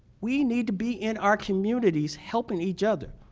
we need to be in our communities helping each other.